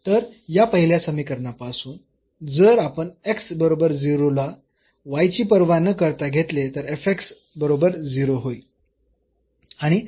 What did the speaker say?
तर या पहिल्या समीकरणापासून जर आपण x बरोबर 0 ला y ची पर्वा न करता घेतले तर f x बरोबर 0 होईल